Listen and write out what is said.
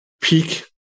peak